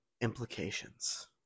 implications